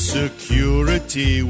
security